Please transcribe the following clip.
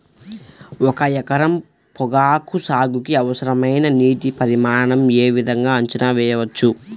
ఒక ఎకరం పొగాకు సాగుకి అవసరమైన నీటి పరిమాణం యే విధంగా అంచనా వేయవచ్చు?